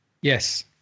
Yes